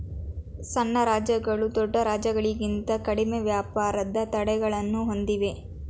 ಸಣ್ಣ ರಾಜ್ಯಗಳು ದೊಡ್ಡ ರಾಜ್ಯಗಳಿಂತ ಕಡಿಮೆ ವ್ಯಾಪಾರದ ತಡೆಗಳನ್ನು ಹೊಂದಿವೆ